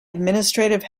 administrative